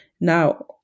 Now